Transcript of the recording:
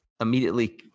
immediately